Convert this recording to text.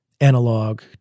analog